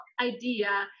idea